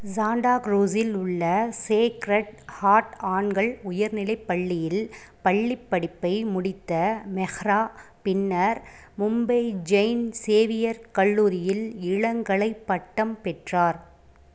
சாண்டாக்ரூஸில் உள்ள Sacred Heart ஆண்கள் உயர்நிலைப் பள்ளியில் பள்ளிப்படிப்பை முடித்த மெஹரா பின்னர் மும்பை செயின்ட் சேவியர் கல்லூரியில் இளங்கலை பட்டம் பெற்றார்